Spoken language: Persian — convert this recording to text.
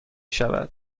شود